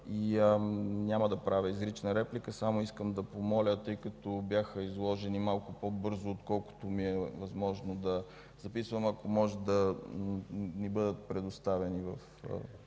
Няма да правя изрична реплика, само искам да помоля, тъй като бяха изложени малко по-бързо, отколкото ми е възможно да записвам, ако може, да ми бъдат предоставени